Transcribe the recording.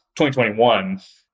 2021